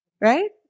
Right